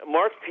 Mark